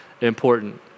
important